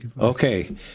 Okay